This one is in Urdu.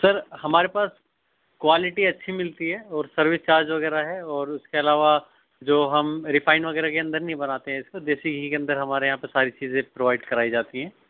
سر ہمارے پاس کوالیٹی اچھی مِلتی ہے اور سروس چارج وغیرہ ہے اور اُس کے علاوہ جو ہم ریفائن وغیرہ کے اندر نہیں بناتے ہیں اِس کو دیسی گھی کے اندر ہمارے یہاں پہ ساری چیزیں پروائیڈ کرائی جاتی ہیں